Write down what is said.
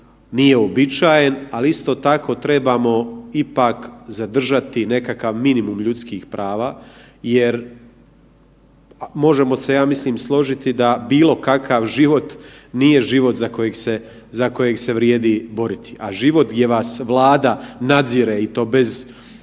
nije uobičajen, ali isto tako trebamo ipak zadržati nekakav minimum ljudskih prava jer možemo se ja mislim složiti da bilo kakav život nije život za kojeg se, za kojeg se vrijedi boriti, a život gdje vas Vlada nadzire i to bez